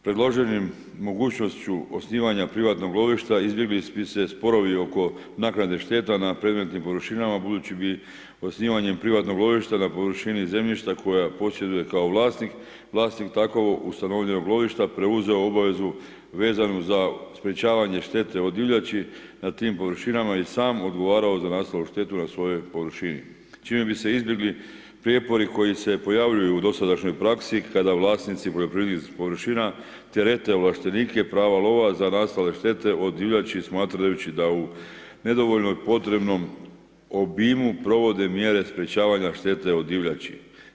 Predloženom mogućnošću osnivanja privatnog lovišta, izbjegli bi se sporovi oko naknade šteta nad predmetnim površinama budući bi osnivanjem privatnog lovišta na površini zemljišta koja posjeduje kao vlasnik, vlasnik tak ustanovljenog lovišta preuzeo obavezu preuzeo obvezu vezanu za sprečavanje štete od divljači na tim površinama i sam odgovarao za nastalu štetu na svojoj površini čime bi se izbjegli prijepori koji se pojavljuju u dosadašnjoj praksi kada vlasnici poljoprivrednih površina terete ovlaštenike prava lova za nastale štete od divljači smatrajući da u nedovoljno potrebnom obimu provode mjere sprečavanja štete od divljači.